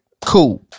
cool